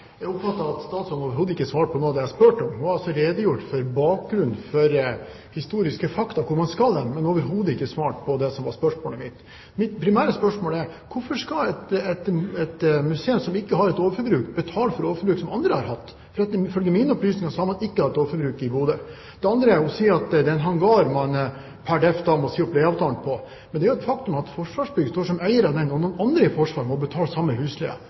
jeg spurte om. Hun har altså redegjort for bakgrunnen for historiske fakta, hvor man skal hen, men har overhodet ikke svart på det som var spørsmålet mitt. Mitt primære spørsmål er: Hvorfor skal et museum som ikke har et overforbruk, betale for overforbruk som andre har hatt? For ifølge mine opplysninger har man ikke hatt overforbruk i Bodø. Det andre er den hangaren man pr. definisjon da må si opp leieavtalen for. Men det er jo et faktum at Forsvarsbygg står som eier av den, og noen andre i Forsvaret må betale samme